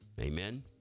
Amen